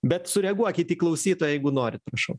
bet sureaguokit į klausytoją jeigu norit prašau